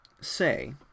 say